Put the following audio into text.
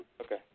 Okay